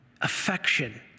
affection